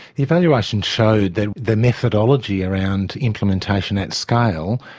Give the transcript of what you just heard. the evaluation showed that the methodology around implementation at scale,